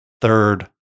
third